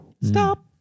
Stop